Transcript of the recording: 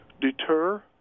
Deter